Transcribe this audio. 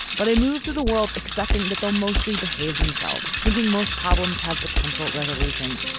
but i move to the world expecting that they'll mostly behave themselves, thinking most problems have potential resolutions,